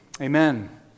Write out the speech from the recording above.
Amen